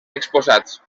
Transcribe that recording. exposats